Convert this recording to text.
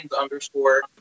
underscore